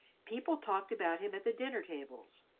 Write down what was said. people talked about him at the dinner tables,